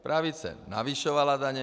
Pravice navyšovala daně.